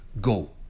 Go